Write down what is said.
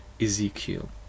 Ezekiel